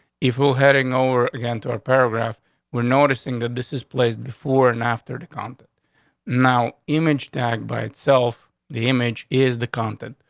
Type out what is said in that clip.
if we're heading over again, torre paragraph were noticing that this is placed before and after the content now image tag by itself, the image is the content,